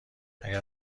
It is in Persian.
اگه